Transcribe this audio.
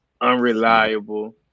unreliable